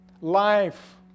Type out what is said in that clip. life